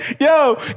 Yo